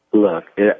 Look